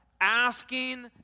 asking